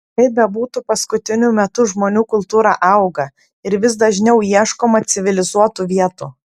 kaip bebūtų paskutiniu metu žmonių kultūra auga ir vis dažniau ieškoma civilizuotų vietų